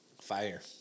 Fire